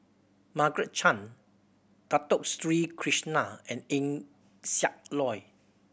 Margaret Chan Dato Sri Krishna and Eng Siak Loy